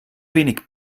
wenig